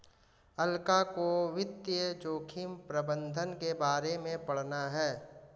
अलका को वित्तीय जोखिम प्रबंधन के बारे में पढ़ना है